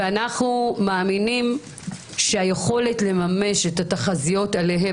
אנחנו מאמינים שהיכולת לממש את התחזיות עליהן